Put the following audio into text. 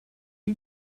you